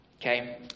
Okay